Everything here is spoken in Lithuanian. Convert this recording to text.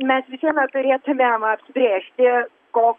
mes visi na turėtumėm apsibrėžti ko